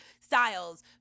Styles